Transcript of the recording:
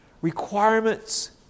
Requirements